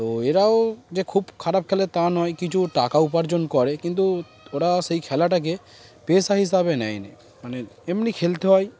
তো এরাও যে খুব খারাপ খেলে তা নয় কিছু টাকা উপার্জন করে কিন্তু ওরা সেই খেলাটাকে পেশা হিসাবে নেয়নি মানে এমনি খেলতে হয়